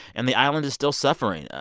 and the island is still suffering.